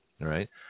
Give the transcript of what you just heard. right